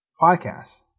podcasts